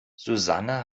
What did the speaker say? susanne